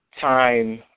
time